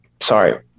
sorry